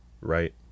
right